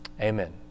Amen